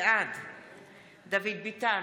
בעד דוד ביטן,